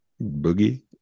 Boogie